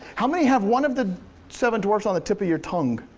how many have one of the seven dwarfs on the tip of your tongue?